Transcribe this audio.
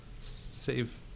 save